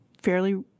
fairly